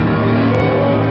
you know